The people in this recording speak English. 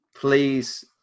please